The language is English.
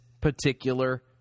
particular